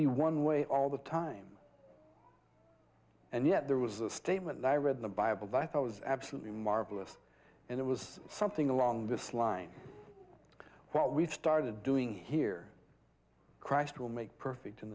be one way all the time and yet there was a statement that i read in the bible but i thought was absolutely marvelous and it was something along this line what we've started doing here christ will make perfect in